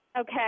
Okay